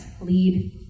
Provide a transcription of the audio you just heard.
lead